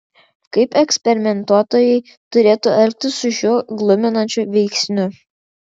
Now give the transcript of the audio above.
kaip eksperimentuotojai turėtų elgtis su šiuo gluminančiu veiksniu